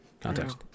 context